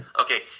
Okay